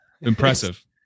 Impressive